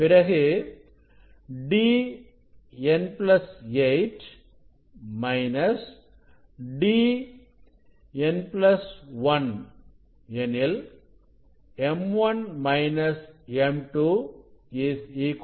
பிறகு Dn 8 Dn 1 எனில் m 1 m 2 7